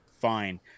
fine